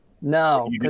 No